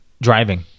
Driving